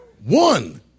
One